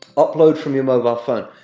upload from your mobile phone